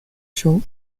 short